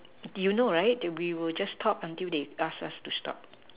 you know right they we will just talk until they ask us to stop